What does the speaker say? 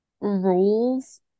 rules